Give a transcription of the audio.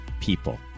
people